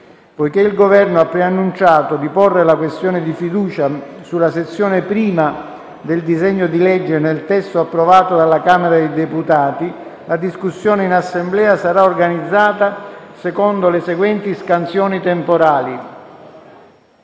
Poiché il Governo ha preannunciato di porre la questione di fiducia sulla Sezione I del disegno di legge, nel testo approvato dalla Camera dei deputati, la discussione in Assemblea sarà organizzata secondo le seguenti scansioni temporali.